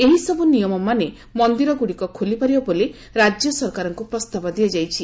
ଏହିସବୁ ନିୟମ ମାନି ମନ୍ଦିର ଗୁଡ଼ିକ ଖୋଲିପାରିବ ବୋଲି ରାଜ୍ୟ ସରକାରଙ୍କୁ ପ୍ରସ୍ଠାବ ଦିଆଯାଇଛି